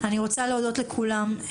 אני רוצה להודות לכולם,